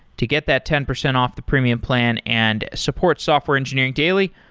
to get that ten percent off the premium plan and support software engineering daily,